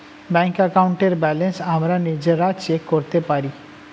bank অ্যাকাউন্টের balance আমরা নিজেরা চেক করতে পারি